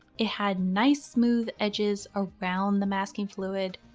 it had nice smooth edges around the masking fluid.